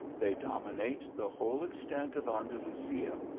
they dominate the whole extent of an dalusia,